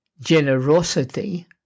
Generosity